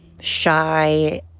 shy